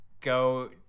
go